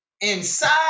inside